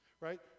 right